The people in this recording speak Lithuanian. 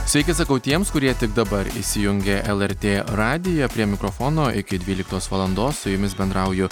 sveiki sakau tiems kurie tik dabar įsijungė lrt radiją prie mikrofono iki dvyliktos valandos su jumis bendrauju